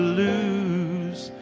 lose